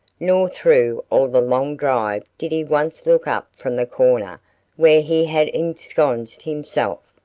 nor through all the long drive did he once look up from the corner where he had ensconced himself.